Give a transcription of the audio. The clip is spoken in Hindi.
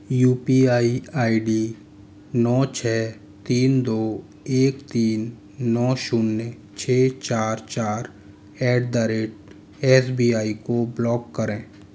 you P I I D नौ छ तीन दो एक तीन नौ शून्य छ चार चार at the rate S B I को ब्लॉक करें